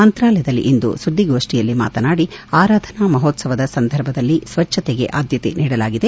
ಮಂತ್ರಾಲಯದಲ್ಲಿಂದು ಸುದ್ದಿಗೋಷ್ಠಿಯಲ್ಲಿ ಮಾತನಾಡಿ ಆರಾಧನಾ ಮಹೋತ್ಸದದ ಸಂದರ್ಭದಲ್ಲಿ ಸ್ವಚ್ಛತೆಗೆ ಆದ್ದತೆ ನೀಡಲಾಗಿದೆ